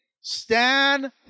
Stand